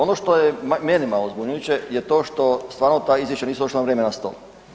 Ono što je meni malo zbunjujuće je to što stvarno ta izvješća nisu došla na vrijeme na stol.